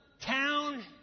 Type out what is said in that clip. town